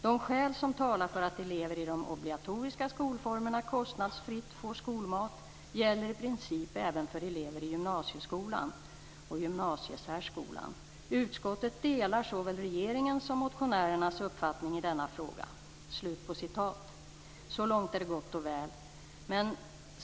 De skäl som talar för att elever i de obligatoriska skolformerna kostnadsfritt får skolmat gäller i princip även för elever i gymnasieskolan och gymnasiesärskolan. Utskottet delar såväl regeringens som motionärernas uppfattning i denna fråga." Så långt är det gott och väl.